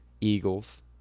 eagles